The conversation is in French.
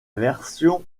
version